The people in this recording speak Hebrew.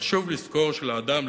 חשוב לזכור שלאדם,